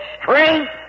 strength